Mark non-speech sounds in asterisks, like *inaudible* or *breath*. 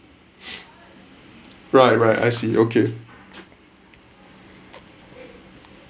*breath* right right I see okay